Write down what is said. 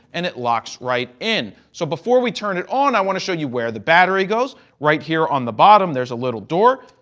and it locks right in. so, before we turn it on, i want to show you where the battery goes. right here on the bottom there's a little door.